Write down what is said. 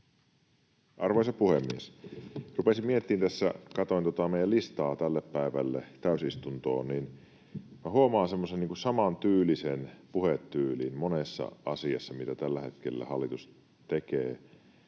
Arvoisa puhemies! Kun rupesin miettimään tässä ja katsoin tuota meidän listaa tälle päivälle täysistuntoon, niin minä huomaan semmoisen samantyylisen puhetyylin monessa asiassa, mitä tällä hetkellä hallitus tekee.